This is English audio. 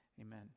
Amen